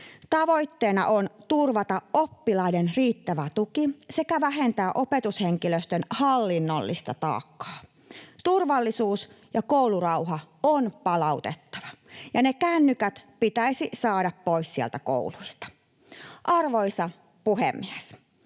Tavoitteena on turvata oppilaiden riittävä tuki sekä vähentää opetushenkilöstön hallinnollista taakkaa. Turvallisuus ja koulurauha on palautettava, ja kännykät pitäisi saada pois sieltä kouluista. Arvoisa puhemies!